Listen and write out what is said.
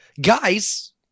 Guys